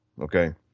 Okay